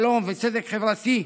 שלום וצדק חברתי,